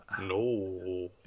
no